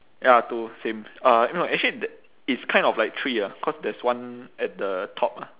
ya two same uh no actually that it's kind of like three ah cause there's one at the top ah